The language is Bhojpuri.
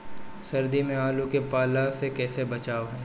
सर्दी में आलू के पाला से कैसे बचावें?